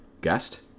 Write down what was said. guest